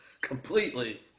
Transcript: completely